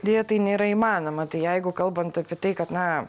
deja tai nėra įmanoma tai jeigu kalbant apie tai kad na